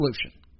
solution